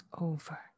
over